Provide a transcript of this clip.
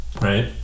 Right